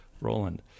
Roland